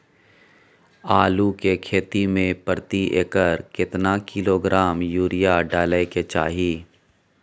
आलू के खेती में प्रति एकर केतना किलोग्राम यूरिया डालय के चाही?